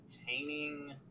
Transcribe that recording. obtaining